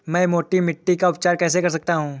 मैं मोटी मिट्टी का उपचार कैसे कर सकता हूँ?